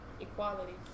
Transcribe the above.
Equality